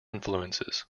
influences